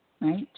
right